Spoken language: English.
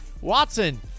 watson